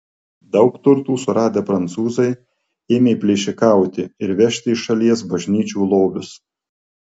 daug turtų suradę prancūzai ėmė plėšikauti ir vežti iš šalies bažnyčių lobius